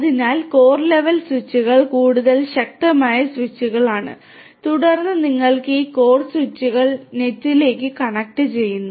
അതിനാൽ ഈ core level സ്വിച്ചുകൾ കൂടുതൽ ശക്തമായ സ്വിച്ചുകളാണ് തുടർന്ന് നിങ്ങൾക്ക് ഈ കോർ സ്വിച്ചുകൾ ഇന്റർനെറ്റിലേക്ക് കണക്റ്റുചെയ്യുന്നു